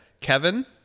Kevin